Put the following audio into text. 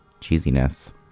Cheesiness